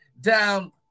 down